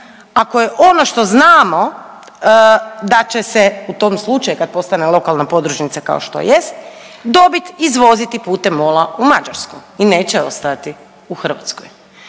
će se u tom slučaju da će se u tom slučaju kad postane lokalna podružnica kao što jest dobit izvoziti putem MOL-a u Mađarsku i neće ostajati u Hrvatskoj.